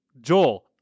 Joel